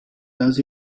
does